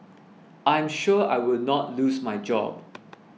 I am sure I will not lose my job